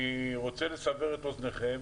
אני רוצה לסבר את אוזנכם